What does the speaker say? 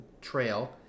trail